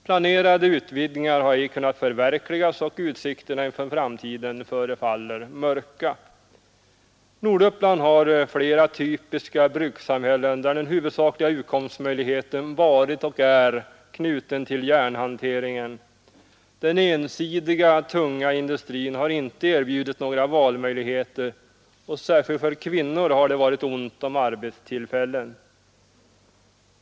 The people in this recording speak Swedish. Planerade utvidgningar har ej kunnat förverkligas, och utsikterna för framtiden förefaller mörka. Norduppland har flera typiska brukssamhällen där den huvudsakliga utkomstmöjligheten varit och är knuten till järnhanteringen. Den ensidiga tunga industrin har inte erbjudit några valmöjligheter, och särskilt för kvinnor har det varit ont om arbetstillfällen.